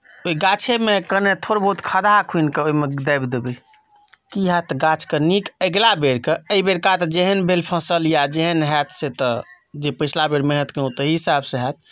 ओहि गाछेमे कनि थोड़ बहुत खदहा खूनिके ओहिमे दाबि देबै की होयत गाछके नीक अगिला बेरके एहिबेरके जेहन भेल फसल या जेहन होयत से तऽ जे पिछला बेर मेहनत केलहुँ तही हिसाबसँ होयत